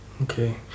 Okay